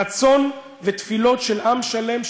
רצון ותפילות של עם שלם,